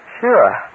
Sure